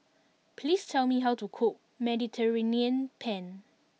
please tell me how to cook Mediterranean Penne